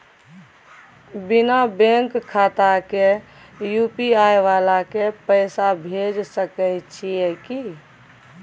बिना बैंक खाता के यु.पी.आई वाला के पैसा भेज सकै छिए की?